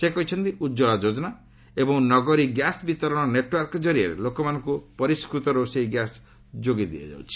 ସେ କହିଛନ୍ତି ଉଜ୍ଜଳା ଯୋକନା ଏବଂ ନଗରୀ ଗ୍ୟାସ୍ ବିତରଣ ନେଟ୍ୱର୍କ ଜରିଆରେ ଲୋକମାନଙ୍କୁ ପରିସ୍କୃତ ରୋଷେଇ ଗ୍ୟାସ୍ ଯୋଗାଇ ଦିଆଯାଉଛି